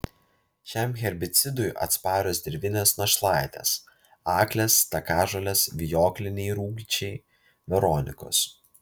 šiam herbicidui atsparios dirvinės našlaitės aklės takažolės vijokliniai rūgčiai veronikos